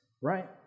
right